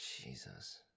Jesus